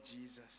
Jesus